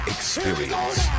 Experience